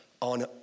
on